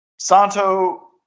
Santo